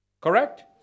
Correct